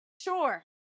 Sure